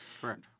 Correct